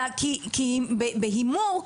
כי בהימור,